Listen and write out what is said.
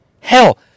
Hell